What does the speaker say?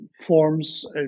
forms